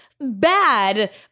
bad